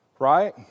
Right